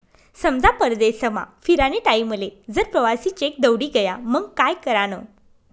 समजा परदेसमा फिरानी टाईमले जर प्रवासी चेक दवडी गया मंग काय करानं?